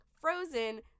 Frozen